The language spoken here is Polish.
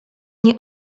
nie